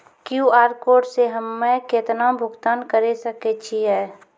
QR code से हम्मय केतना भुगतान करे सके छियै?